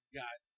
got